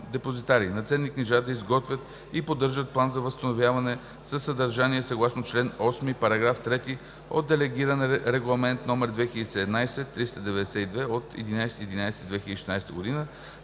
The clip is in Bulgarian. депозитари на ценни книжа да изготвят и поддържат план за възстановяване със съдържание съгласно чл. 8, параграф 3 от Делегиран регламент (ЕС) № 2017/392 от 11 ноември